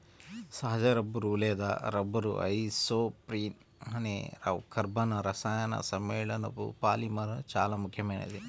సహజ రబ్బరు లేదా rubber isoprene అనే కర్బన రసాయన సమ్మేళనపు పాలిమర్ చాలా ముఖ్యమైనది